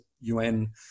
UN